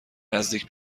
نزدیک